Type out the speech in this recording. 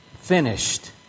finished